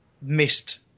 missed